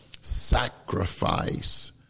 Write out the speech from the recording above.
sacrifice